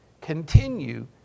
continue